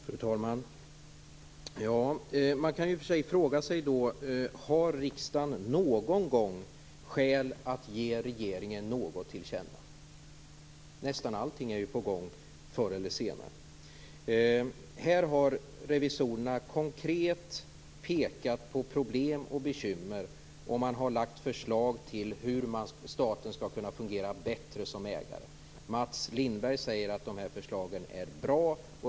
Fru talman! Man kan i och för sig fråga sig om riksdagen någon gång har anledning att ge regeringen något till känna. Nästan allting är på gång förr eller senare. Här har revisorerna konkret pekat på problem och bekymmer. De har lagt fram förslag till hur staten skall kunna fungera bättre som ägare. Mats Lindberg säger att förslagen är bra.